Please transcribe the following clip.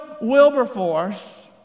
Wilberforce